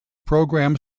program